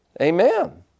Amen